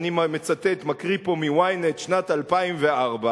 אני מצטט, מקריא פה מ-Ynet שנת 2004: